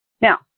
Now